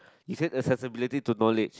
He said accessibility to knowledge